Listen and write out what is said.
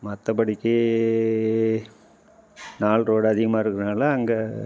மற்றபடிக்கி நாலு ரோடு அதிகமாக இருக்கிறனால அங்கே